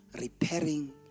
repairing